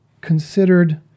considered